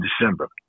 December